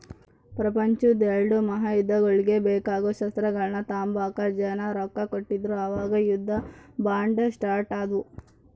ಪ್ರಪಂಚುದ್ ಎಲ್ಡೂ ಮಹಾಯುದ್ದಗುಳ್ಗೆ ಬೇಕಾಗೋ ಶಸ್ತ್ರಗಳ್ನ ತಾಂಬಕ ಜನ ರೊಕ್ಕ ಕೊಡ್ತಿದ್ರು ಅವಾಗ ಯುದ್ಧ ಬಾಂಡ್ ಸ್ಟಾರ್ಟ್ ಆದ್ವು